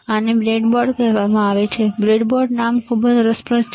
આને બ્રેડબોર્ડ કહેવામાં આવે છેબ્રેડબોર્ડ નામ ખૂબ જ રસપ્રદ છે